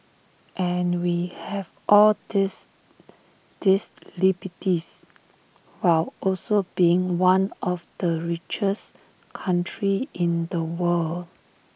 and we have all these these liberties while also being one of the richest countries in the world